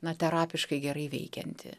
na terapiškai gerai veikianti